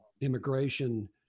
immigration